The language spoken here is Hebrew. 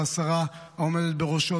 והשרה העומדת בראשו,